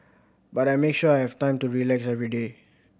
but I make sure I have time to relax every day